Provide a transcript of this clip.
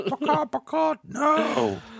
No